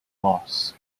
moss